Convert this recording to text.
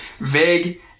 vague